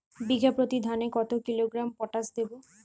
বিঘাপ্রতি ধানে কত কিলোগ্রাম পটাশ দেবো?